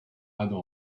adam